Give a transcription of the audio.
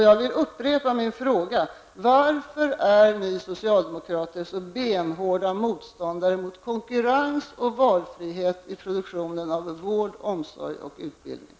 Jag vill upprepa min fråga: Varför är ni socialdemokrater så benhårda motståndare till konkurrens och valfrihet i produktionen av vård, omsorg och utbildning?